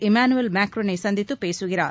Emmanuel மேக்ரானை சந்தித்துப் பேசுகிறார்